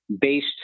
based